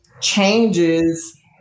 changes